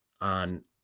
on